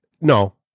No